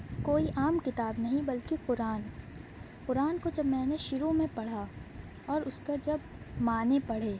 کوئی عام کتاب نہیں بلکہ قرآن قرآن کو جب میں نے شروع میں پڑھا اور اس کا جب معنی پڑھے